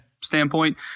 standpoint